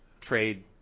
trade